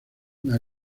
una